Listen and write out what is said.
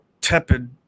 tepid